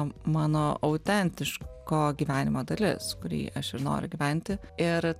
mano autentiško gyvenimo dalis kurį aš ir noriu gyventi ir